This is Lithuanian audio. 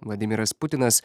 vladimiras putinas